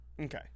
Okay